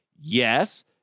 Yes